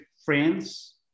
friends